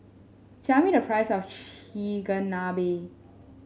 tell me the price of Chigenabe